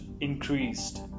increased